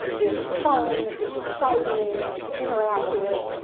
it's fun. it's exciting. it's interactive.